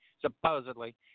supposedly –